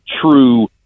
true